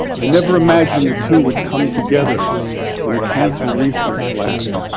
i never imagined the two would come together in a cancer research lab.